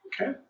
okay